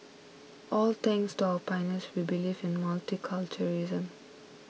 all thanks to our pioneers who believed in multiculturalism